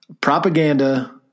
propaganda